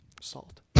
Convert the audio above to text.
Salt